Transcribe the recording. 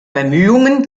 bemühungen